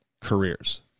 careers